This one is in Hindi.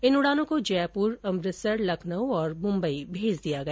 इन उडानों को जयपुर अमृतसर लखनऊ तथा मुम्बई भेज दिया गया